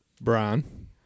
Brian